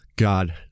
God